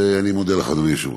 ואני מודה לך, אדוני היושב-ראש.